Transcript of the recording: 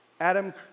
Adam